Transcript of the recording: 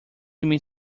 meat